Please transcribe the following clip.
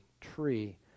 tree